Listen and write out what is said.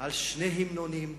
על שני המנונים,